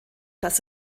das